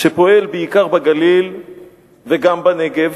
שפועל בעיקר בגליל וגם בנגב,